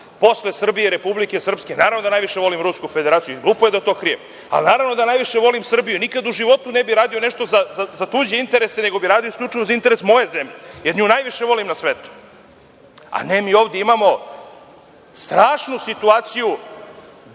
posle Srbije, Republike Srpske naravno da najviše volim Rusku Federaciju i glupo je da to krijem ali naravno da najviše volim Srbiju. Nikada u životu ne bih radio nešto za tuđi interes, nego bi radio isključivo za interes moje zemlje, jer nju najviše volim na svetu. A ne, mi ovde imamo strašnu situaciju